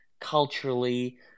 culturally